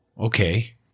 okay